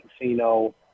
casino